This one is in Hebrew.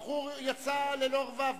הבחור יצא ללא רבב.